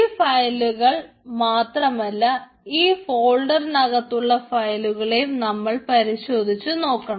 ഈ ഫയലുകൾ മാത്രമല്ല ഈ ഫോൾഡറികത്തുള്ള ഫയലുകളെയും നമ്മൾ പരിശോധിച്ചു നോക്കണം